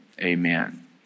Amen